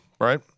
right